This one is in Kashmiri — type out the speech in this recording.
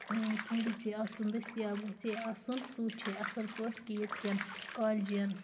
یہِ گژھِ ہے آسُن دٔستیاب گژھِ ہے آسُن سُہ وٕچھِ ہے اصٕل پٲٹھۍ کہ ییٚتہِ کیٚن کالجَن